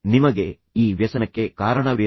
ನಿಮಗೆ ಈ ವ್ಯಸನಕ್ಕೆ ಕಾರಣವೇನು